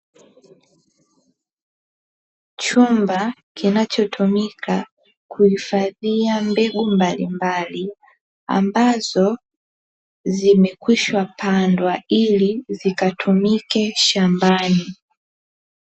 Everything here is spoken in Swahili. Chumba kinachotumika kuhifadhia mbegu mbalimbali, ambazo zimekwishapandwa, ili zikatumike shambani.